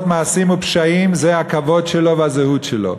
מעשים ופשעים זה הכבוד שלו והזהות שלו.